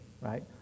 right